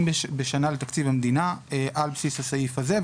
לתקציב המדינה על בסיס הסעיף הזה,